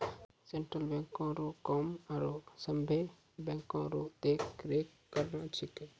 central बैंको रो काम आरो सभे बैंको रो देख रेख करना छिकै